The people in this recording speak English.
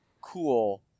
cool